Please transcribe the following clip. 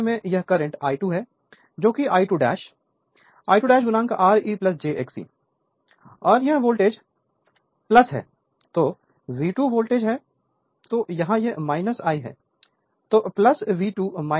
Refer Slide Time 0439 इस मामले में यह करंट I2 है जोकि I2 I2 R e j Xe और यह वोल्टेज है तो V2 वोल्टेज है तो यह है